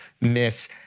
miss